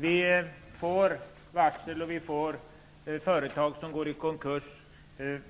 Människor varslas om uppsägning, företag går i konkurs, och